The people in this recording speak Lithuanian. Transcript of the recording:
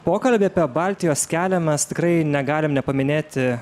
pokalbį apie baltijos kelią mes tikrai negalim nepaminėti